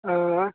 आं